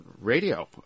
radio